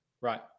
right